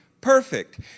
perfect